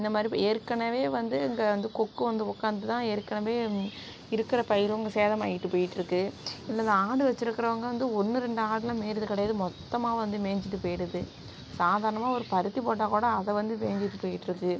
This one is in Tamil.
இந்த மாதிரி ஏற்கனவே வந்து இங்கே வந்து கொக்கு வந்து உக்காந்து தான் ஏற்கனவே இருக்கிற பயிரும் இங்கே சேதமாகிட்டு போயிட்டுருக்கு இதில் இந்த ஆடு வெச்சிருக்கிறவுங்க வந்து ஒன்று ரெண்டு ஆடுலாம் மேய்றது கிடையாது மொத்தமாக வந்து மேய்ஞ்சிட்டு போய்டுது சாதாரணமாக ஒரு பருத்தி போட்டால் கூட அதை வந்து மேய்ஞ்சிட்டு போய்ட்ருக்கு